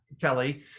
kelly